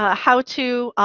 ah how to, ah,